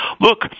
Look